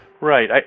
Right